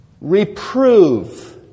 Reprove